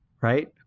right